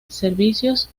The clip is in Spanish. servicios